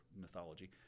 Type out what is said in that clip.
mythology